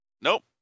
Nope